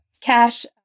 cash